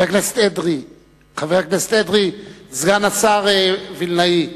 חבר הכנסת אדרי וסגן השר וילנאי,